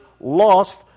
lost